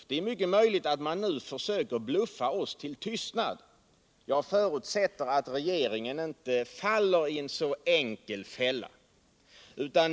Det är mycket möjligt att man nu försöker bluffa oss till tystnad. Jag förutsätter att regeringen inte faller i en så enkel fälla.